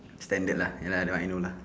standard lah ya lah that one I know lah